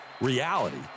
reality